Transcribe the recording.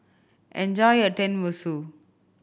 enjoy your Tenmusu